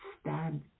stand